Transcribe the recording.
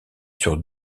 sur